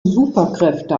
superkräfte